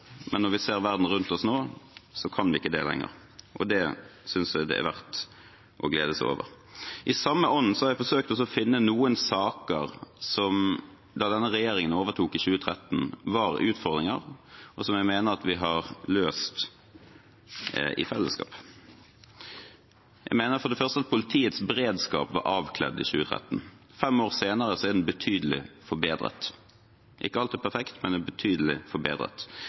men når vi ser verden rundt oss nå, kan vi ikke det lenger. Det synes jeg det er verdt å glede seg over. I samme ånd har jeg forsøkt å finne noen saker som da denne regjeringen overtok i 2013, var utfordringer, og som jeg mener at vi har løst i fellesskap. Jeg mener for det første at politiets beredskap var avkledd i 2013. Fem år senere er den betydelig forbedret – ikke alltid perfekt, men betydelig forbedret.